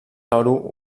toro